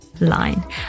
line